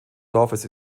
dorfes